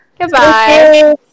Goodbye